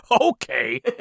Okay